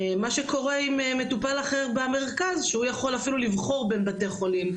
מה שקורה עם מטופל אחר במרכז שהוא יכול אפילו לבחור בין בתי חולים,